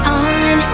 on